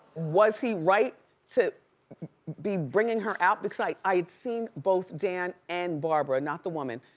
was he right to be bringing her out? because i i had seen both dan and barbara, not the woman,